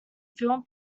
film